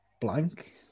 blank